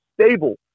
stable